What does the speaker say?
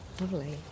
Lovely